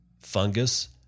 fungus